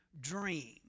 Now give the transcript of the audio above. dream